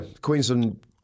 Queensland